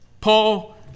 Paul